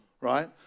right